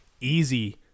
easy